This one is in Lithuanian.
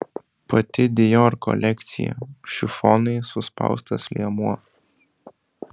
pati dior kolekcija šifonai suspaustas liemuo